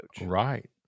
right